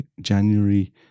January